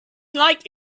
like